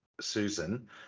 Susan